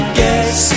guess